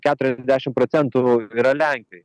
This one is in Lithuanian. keturiasdešimt procentų yra lenkijoj